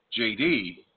JD